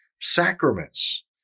sacraments